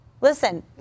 Listen